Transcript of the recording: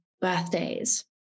birthdays